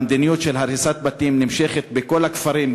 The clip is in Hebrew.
המדיניות של הריסת בתים נמשכת בכל הכפרים,